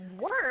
work